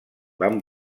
van